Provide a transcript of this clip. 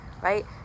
right